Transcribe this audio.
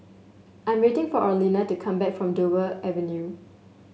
I am waiting for Orlena to come back from Dover Avenue